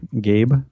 Gabe